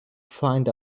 find